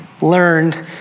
learned